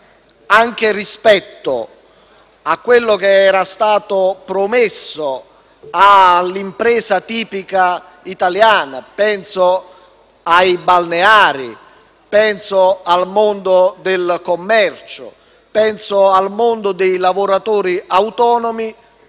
anche rispetto a quello che era stato promesso all'impresa tipica italiana - penso ai balneari, penso al mondo del commercio, penso al mondo dei lavoratori autonomi